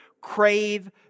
crave